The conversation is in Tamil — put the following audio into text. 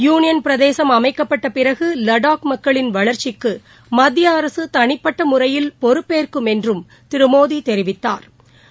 யூனியன் பிரதேசம் அமைக்கப்பட்ட பிறகு வடாக் மக்களின் வளர்ச்சிக்கு மத்திய அரசு தனிப்பட்ட முறையில் பொறுப்பேற்கும் என்று திரு மோடி தெரிவித்தாா்